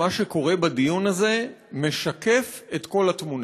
מה שקורה בדיון הזה משקף את כל התמונה.